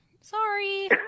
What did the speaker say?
Sorry